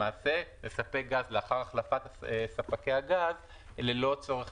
למעשה לספק גז לאחר החלפת ספקי הגז ללא צורך